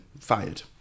fired